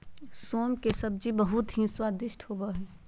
सेम के सब्जी बहुत ही स्वादिष्ट होबा हई